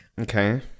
Okay